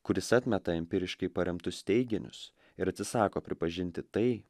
kuris atmeta empiriškai paremtus teiginius ir atsisako pripažinti tai